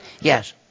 Yes